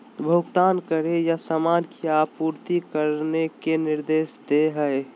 भुगतान करे या सामान की आपूर्ति करने के निर्देश दे हइ